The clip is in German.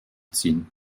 ziehen